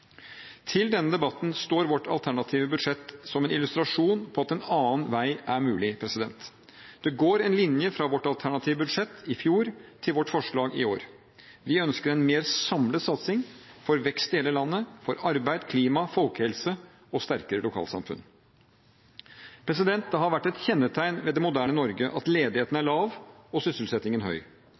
Til denne debatten står vårt alternative budsjett som en illustrasjon på at en annen vei er mulig. Det går en linje fra vårt alternative budsjett i fjor til vårt forslag i år. Vi ønsker en mer samlet satsing for vekst i hele landet, for arbeid, klima, folkehelse og sterke lokalsamfunn. Det har vært et kjennetegn ved det moderne Norge at ledigheten er lav og sysselsettingen høy.